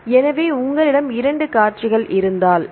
எனவே உங்களிடம் இரண்டு காட்சிகள் இருந்தால் நான் அதை தெளிவாக எழுதுவேன்